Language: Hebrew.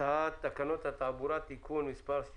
הצעת תקנות התעבורה (תיקון מס' ),